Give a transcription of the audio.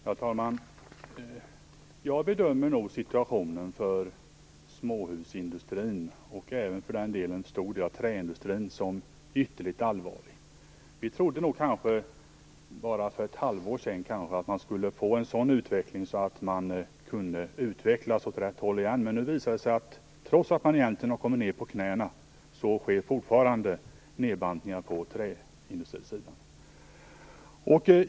Herr talman! Jag bedömer nog situationen för småhusindustrin, och för all del även för en stor del av träindustrin, som ytterst allvarlig. Vi trodde nog för kanske bara ett halvår sedan att utvecklingen skulle gå åt rätt håll igen. Nu visar det sig att det, trots att man egentligen har kommit ner på knäna, fortfarande sker nedbantningar på träindustrisidan.